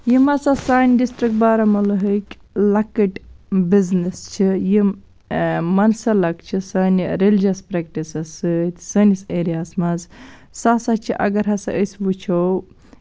یِم ہسا سانہِ ڈِسٹرٕکۍ بارامولاہٕکۍ لۅکٕٹۍ بِزنِس چھِ یِم منسلک چھِس سٲنۍ ریلِجَس پرٛٮ۪کٹِسٕز سۭتۍ سٲنِس ایٚریاہَس منٛز سۄ ہسا چھِ اَگر ہسا أسۍ وُچھو